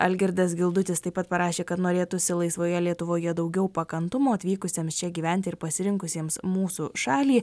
algirdas gildutis taip pat parašė kad norėtųsi laisvoje lietuvoje daugiau pakantumo atvykusiems čia gyventi ir pasirinkusiems mūsų šalį